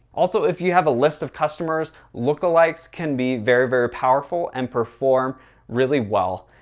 also, if you have a list of customers, look alikes can be very, very powerful and perform really well.